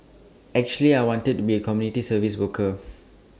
actually I want to be A community service worker